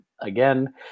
again